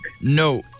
No